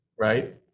right